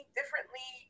differently